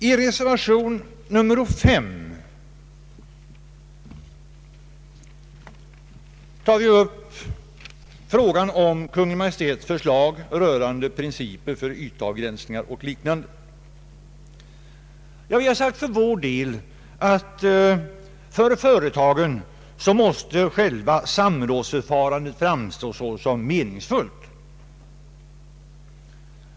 I reservation 5 tar vi ställning till Kungl. Maj:ts förslag rörande principer för ytavgränsningar och liknande. Vi har för vår del sagt att samrådsförfarandet av företagen själva måste uppfattas såsom meningsfullt.